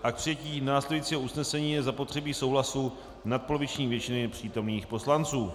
K přijetí následujícího usnesení je zapotřebí souhlasu nadpoloviční většiny přítomných poslanců.